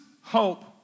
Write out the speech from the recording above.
hope